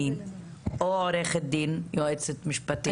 או היועצת המשפטית?